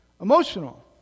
Emotional